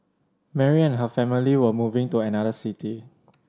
Mary and her family were moving to another city